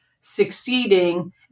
succeeding